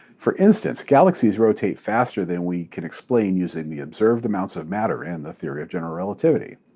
for instance, galaxies rotate faster than we can explain using the observed amounts of matter and theory of general relativity.